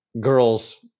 girls